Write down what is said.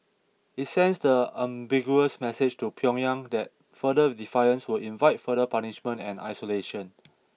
it sends the unambiguous message to Pyongyang that further defiance will invite further punishment and isolation